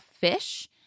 fish